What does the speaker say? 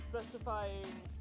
specifying